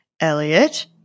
Elliot